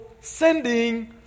sending